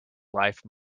life